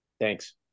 thanks